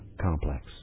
complex